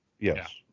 Yes